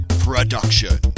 production